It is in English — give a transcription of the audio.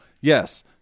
yes